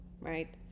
right